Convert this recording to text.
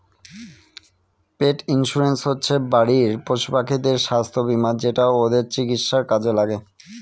পেট insurance হচ্ছে বাড়ির পশুপাখিদের স্বাস্থ্য বীমা যেটা ওদের চিকিৎসার কাজে লাগে